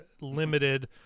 limited